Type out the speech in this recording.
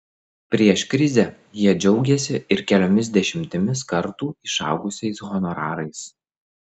prieš krizę jie džiaugėsi ir keliomis dešimtimis kartų išaugusiais honorarais